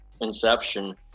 inception